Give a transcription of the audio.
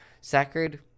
Sacred